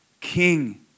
king